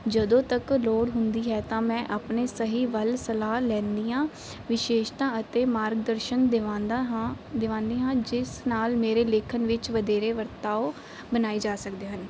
ਜਦੋਂ ਤੱਕ ਲੋੜ ਹੁੰਦੀ ਹੈ ਤਾਂ ਮੈਂ ਆਪਣੇ ਸਹੀ ਵੱਲ ਸਲਾਹ ਲੈਂਦੀ ਹਾਂ ਵਿਸ਼ੇਸ਼ਤਾ ਅਤੇ ਮਾਰਗਦਰਸ਼ਨ ਦਿਵਾਉਂਦਾ ਹਾਂ ਦਿਵਾਉਂਦੀ ਹਾਂ ਜਿਸ ਨਾਲ ਮੇਰੇ ਲਿਖਣ ਵਿੱਚ ਵਧੇਰੇ ਵਰਤਾਓ ਬਣਾਈ ਜਾ ਸਕਦੇ ਹਨ